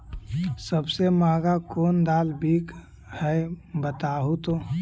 सबसे महंगा कोन दाल बिक है बताहु तो?